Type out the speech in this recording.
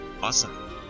Awesome